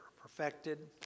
perfected